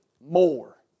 more